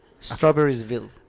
Strawberriesville